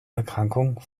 erkrankung